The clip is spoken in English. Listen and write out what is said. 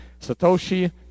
Satoshi